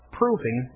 proving